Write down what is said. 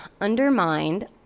undermined